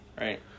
right